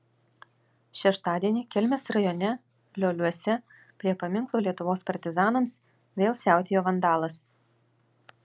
šeštadienį kelmės rajone lioliuose prie paminklo lietuvos partizanams vėl siautėjo vandalas